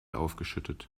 aufgeschüttet